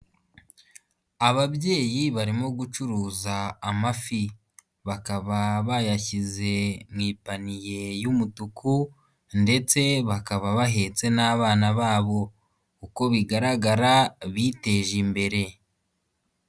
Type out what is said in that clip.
Ababyeyi barimo gucuruza amafi, bakaba bayashyize mu ipaniye y'umutuku ndetse bakaba bahetse n'abana babo, uko bigaragara biteje imbere.